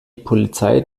polizei